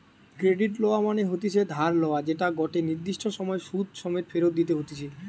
credit লেওয়া মনে হতিছে ধার লেয়া যেটা গটে নির্দিষ্ট সময় সুধ সমেত ফেরত দিতে হতিছে